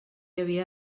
havia